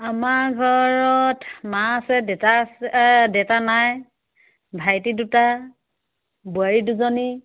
আমাৰ ঘৰত মা আছে দেউতা আছে দেউতা নাই ভাইটি দুটা বোৱাৰী দুজনী